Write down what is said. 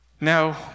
Now